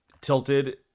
tilted